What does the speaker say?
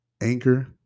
Anchor